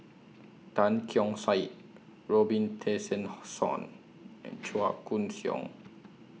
Tan Keong Saik Robin and Chua Koon Siong